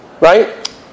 Right